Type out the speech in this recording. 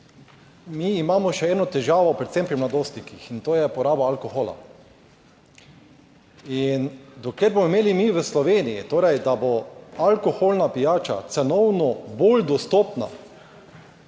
mi imamo še eno težavo, predvsem pri mladostnikih in to je poraba alkohola in dokler bomo imeli mi v Sloveniji, torej, da bo alkoholna pijača cenovno bolj dostopna,